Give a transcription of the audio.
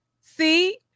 See